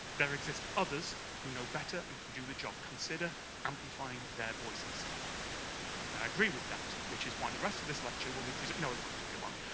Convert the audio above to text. there exist others who know better and can do the job. consider amplifying their voice instead and i agree with that, which is why the rest of this lecture will be present. no, it won't, it won't.